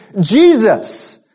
Jesus